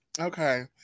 Okay